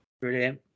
brilliant